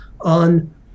on